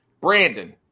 Brandon